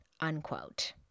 unquote